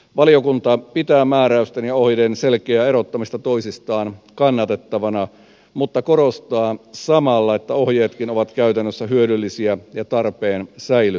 valiokunta pitää määräysten ja ohjeiden selkeää erottamista toisistaan kannatettavana mutta korostaa samalla että ohjeetkin ovat käytännössä hyödyllisiä ja tarpeen säilyttää